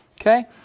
okay